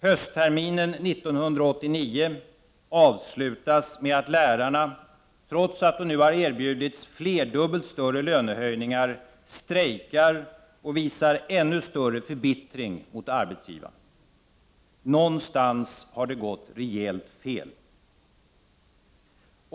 Höstterminen 1989 avslutas med att lärarna, trots att de nu erbjudits flerdubbelt större lönehöjningar, strejkar och visar ännu större förbittring mot arbetsgivaren. Någonstans har det gått rejält fel.